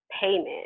payment